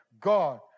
God